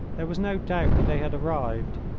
there was no doubt that they had arrived.